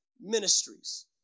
ministries